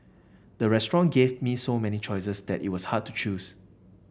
the restaurant gave me so many choices that it was hard to choose